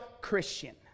Christian